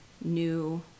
new